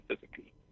physically